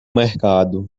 mercado